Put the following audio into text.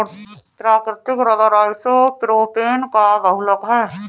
प्राकृतिक rubber isopropane का बहुलक है